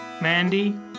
Mandy